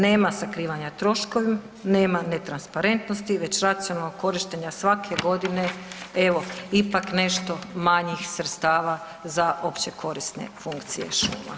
Nema sakrivanja troškova, nema netransparentnosti već racionalnog korištenja svake godine, evo ipak nešto manjih sredstava za općekorisne funkcije šuma.